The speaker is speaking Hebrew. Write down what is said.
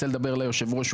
אני מנסה לדבר ליושב הראש,